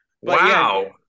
Wow